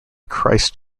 christ